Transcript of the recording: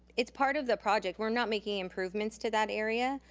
it's part of the project. we're not making improvements to that area,